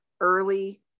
early